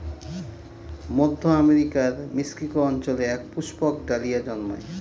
মধ্য আমেরিকার মেক্সিকো অঞ্চলে এক পুষ্পক ডালিয়া জন্মায়